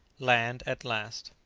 land at last.